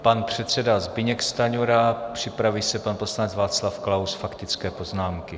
Pan předseda Zbyněk Stanjura, připraví se pan poslanec Václav Klaus faktické poznámky.